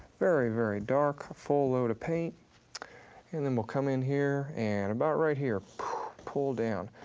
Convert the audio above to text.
very, very dark full load of paint and then we'll come in here and about right here pull down.